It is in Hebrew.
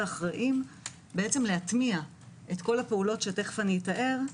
ואחראיים להטמיע את כל הפעולות שאתאר,